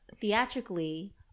theatrically